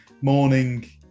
morning